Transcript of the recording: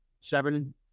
seven